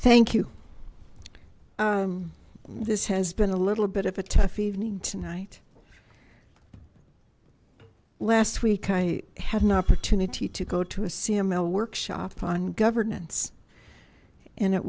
thank you this has been a little bit of a tough evening tonight last week i had an opportunity to go to a cml workshop on governance and it